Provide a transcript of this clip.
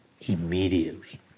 immediately